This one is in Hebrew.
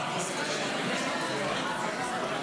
אני צריך להתחיל לקרוא